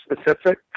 specific